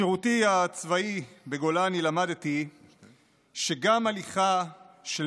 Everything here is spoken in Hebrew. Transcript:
בשירותי הצבאי בגולני למדתי שגם הליכה של